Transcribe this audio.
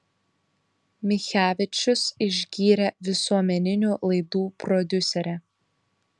michevičius išgyrė visuomeninių laidų prodiuserę